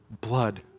blood